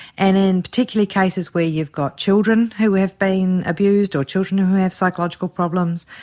and in particularly cases where you've got children who have been abused or children who who have psychological problems,